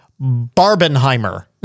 Barbenheimer